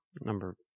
number